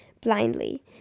blindly